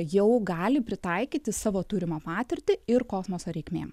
jau gali pritaikyti savo turimą patirtį ir kosmoso reikmėm